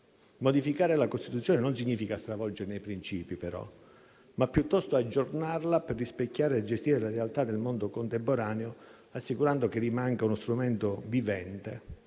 Modificare la Costituzione non significa stravolgerne i princìpi, però, ma piuttosto aggiornarla per rispecchiare e gestire la realtà del mondo contemporaneo, assicurando che rimanga uno strumento vivente